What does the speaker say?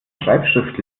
schreibschrift